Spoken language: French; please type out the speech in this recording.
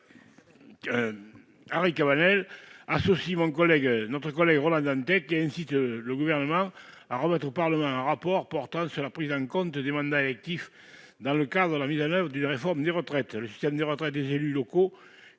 Henri Cabanel, auquel s'associe notre collègue Ronan Dantec, vise à inciter le Gouvernement à remettre au Parlement un rapport portant sur la prise en compte des mandats électifs dans le cadre de la mise en oeuvre d'une réforme des retraites. Le système de retraite des élus locaux,